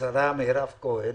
השרה מירב כהן